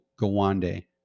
Gawande